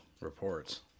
Reports